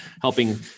helping